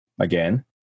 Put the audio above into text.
again